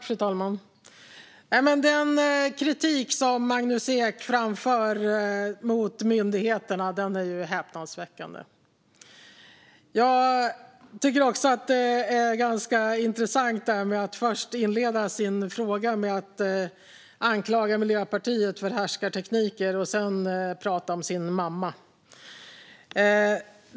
Fru talman! Den kritik som Magnus Ek framför mot myndigheterna är ju häpnadsväckande. Jag tycker också att det är ganska intressant, det här att inleda sin fråga med att anklaga Miljöpartiet för härskartekniker och sedan prata om sin mamma.